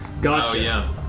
Gotcha